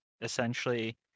essentially